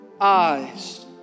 eyes